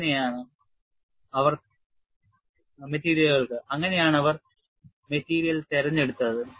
അങ്ങനെയാണ് അവർ തിരഞ്ഞെടുത്തത്